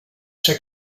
ser